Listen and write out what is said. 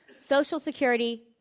social security,